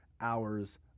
hours